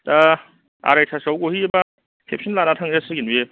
दा आरायथासोआव गहैयोबा खेबसेयैनो लानानै थांजा सिगोन बियो